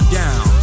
down